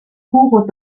pure